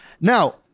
Now